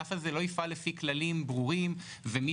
הענף הזה לא יפעל לפי כללים ברורים ומי